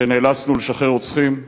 על שנאלצנו לשחרר רוצחים.